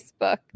Facebook